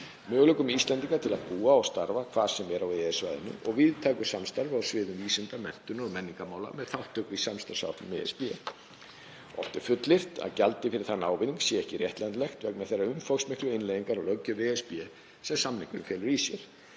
möguleikum Íslendinga til að búa og starfa hvar sem er á EES-svæðinu og víðtæku samstarfi á sviðum vísinda, menntunar og menningarmála með þátttöku í samstarfsáætlunum ESB. Oft er fullyrt að gjaldið fyrir þann ávinning sé ekki réttlætanlegt vegna þeirrar umfangsmiklu innleiðingar á löggjöf ESB sem samningurinn felur í sér.